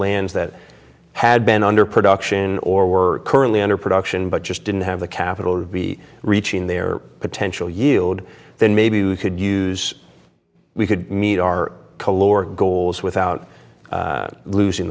lands that had been under production or were currently under production but just didn't have the capital to be reaching their potential yield then maybe we could use we could meet our caloric goals without losing